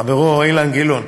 חברו אילן גילאון.